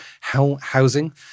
housing